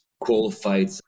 qualified